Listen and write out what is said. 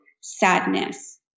sadness